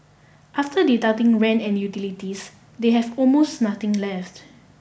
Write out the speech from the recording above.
after deducting rent and utilities they have almost nothing left